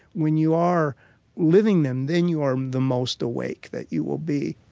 when you are living them, then you are the most awake that you will be